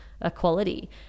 equality